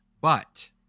but-